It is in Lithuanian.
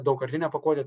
daugkartinė pakuotė